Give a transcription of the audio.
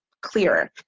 clearer